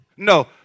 No